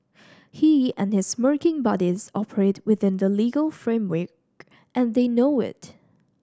he and his smirking buddies operate within the legal framework and they know it